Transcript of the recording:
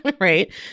right